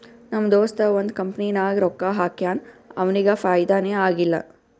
ನಮ್ ದೋಸ್ತ ಒಂದ್ ಕಂಪನಿನಾಗ್ ರೊಕ್ಕಾ ಹಾಕ್ಯಾನ್ ಅವ್ನಿಗ ಫೈದಾನೇ ಆಗಿಲ್ಲ